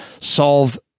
solve